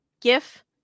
gif